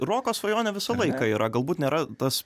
roko svajonė visą laiką yra galbūt nėra tas